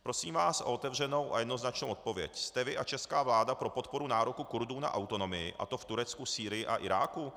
Prosím vás o otevřenou a jednoznačnou odpověď: Jste vy a česká vláda pro podporu nároku Kurdů na autonomii, a to v Turecku, Sýrii a Iráku?